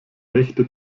rechte